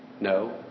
No